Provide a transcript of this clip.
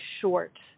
short